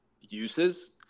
uses